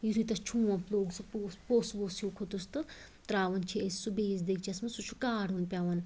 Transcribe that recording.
یُتھٕے تَتھ چھونٛمپ لوٚگ سُہ پوٚس ووٚس ہیٛو کھوٚتُس تہٕ ترٛاوان چھِ أسۍ سُہ بیٚیِس دیٖگچَس مَنٛز سُہ چھُ کاڑُن پیٚوان